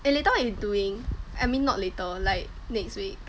eh later what you doing I mean not later like next week